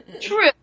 True